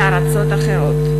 לארצות אחרות,